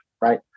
right